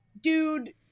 Dude